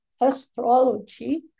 astrology